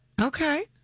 Okay